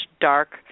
dark